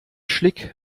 schlick